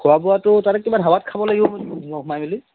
খোৱা বোৱাটো তাতে কিমান ধাবাত খাব লাগিব সোমাই মেলি